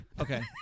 Okay